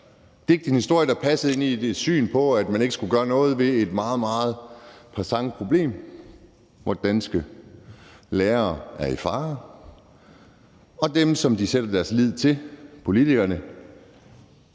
at digte en historie, der passede ind i et syn på, at man ikke skulle gøre noget ved et meget, meget present problem, hvor danske lærere er i fare, og hvor dem, som de sætter deres lid til, politikerne,